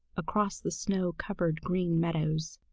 across the snow-covered green meadows.